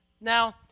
Now